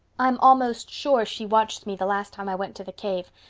i'm almost sure she watched me the last time i went to the cave.